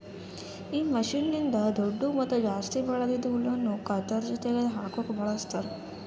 ಈ ಮಷೀನ್ನ್ನಿಂದ್ ದೊಡ್ಡು ಮತ್ತ ಜಾಸ್ತಿ ಬೆಳ್ದಿದ್ ಹುಲ್ಲನ್ನು ಕತ್ತರಿಸಿ ತೆಗೆದ ಹಾಕುಕ್ ಬಳಸ್ತಾರ್